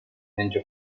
menja